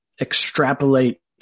extrapolate